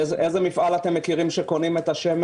איזה מפעל אתם מכירים שקונה את השמן